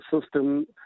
system